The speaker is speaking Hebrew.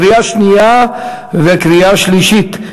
לקריאה שנייה וקריאה שלישית.